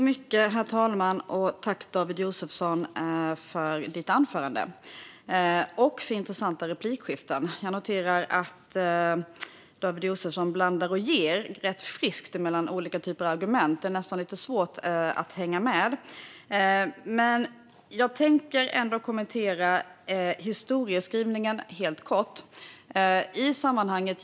Herr talman! Jag tackar David Josefsson för anförandet och för intressanta replikskiften. Jag noterar att David Josefsson blandar och ger rätt friskt mellan olika typer av argument. Det är nästan lite svårt att hänga med. Jag tänker ändå kommentera historieskrivningen helt kort.